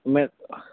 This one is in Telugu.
మే